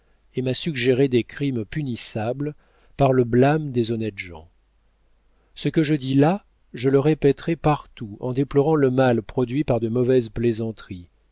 et m'a suggéré des crimes punissables par le blâme des honnêtes gens ce que je dis là je le répéterai partout en déplorant le mal produit par de mauvaises plaisanteries